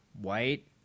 white